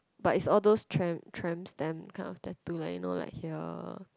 but is all those tramp Tramp Stamp kind of tattoo like you know like here